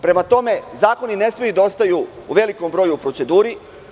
Prema tome, zakoni ne smeju da ostaju u velikom broju u proceduri.